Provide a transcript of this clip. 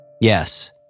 Yes